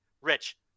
Rich